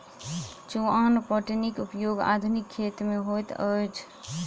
चुआन पटौनीक उपयोग आधुनिक खेत मे होइत अछि